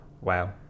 Wow